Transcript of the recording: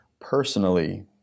personally